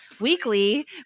weekly